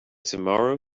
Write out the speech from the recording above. tomorrow